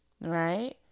right